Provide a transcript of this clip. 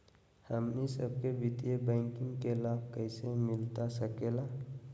हमनी सबके वित्तीय बैंकिंग के लाभ कैसे मिलता सके ला?